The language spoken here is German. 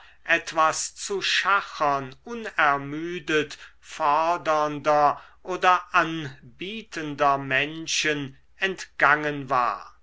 etwas zu schachern unermüdet fordernder oder anbietender menschen entgangen war